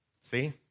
See